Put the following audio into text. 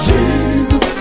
Jesus